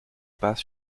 pas